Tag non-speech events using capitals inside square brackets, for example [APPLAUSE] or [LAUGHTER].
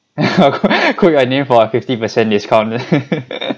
[LAUGHS] quote quote your name for a fifty percent discount [LAUGHS]